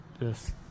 Yes